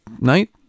night